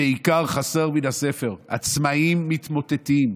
ועיקר חסר מן הספר: עצמאים מתמוטטים,